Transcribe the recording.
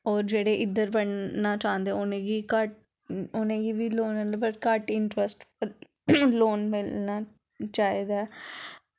होर जेह्ड़े इद्धर पढ़ना चांह्दे उ'नेंं गी घट्ट उ'नें गी बी लोन पर घट्ट इंट्रस्ट पर लोन मिलना चाहिदा ऐ